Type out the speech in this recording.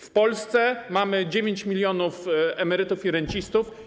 W Polsce mamy 9 mln emerytów i rencistów.